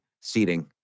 seating